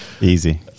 Easy